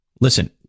Listen